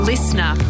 Listener